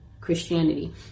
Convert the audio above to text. christianity